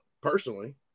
personally